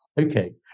Okay